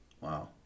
Wow